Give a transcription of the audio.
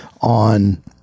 on